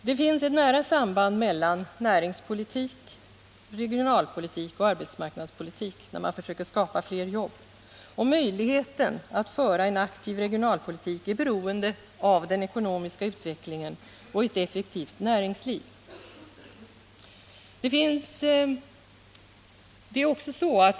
Det finns ett nära samband mellan näringspolitik, regionalpolitik och arbetsmarknadspolitik när man försöker skapa fler jobb, och möjligheten att föra en aktiv regionalpolitik är beroende av den ekonomiska utvecklingen och ett effektivt näringsliv.